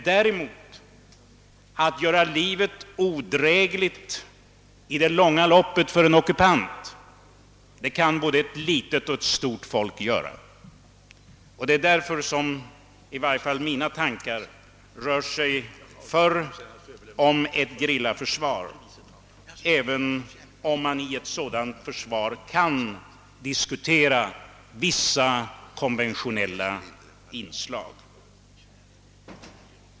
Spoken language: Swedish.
Däremot kan både ett litet och ett stort folk i längden göra livet odrägligt för en ockupant. Det är därför som jag snarare är för ett gerillaförsvar, även om man i ett sådant försvar kan diskutera vissa konventionella inslag.